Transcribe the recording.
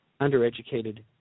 undereducated